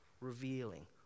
revealing